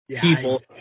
people